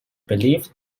believed